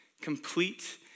Complete